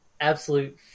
Absolute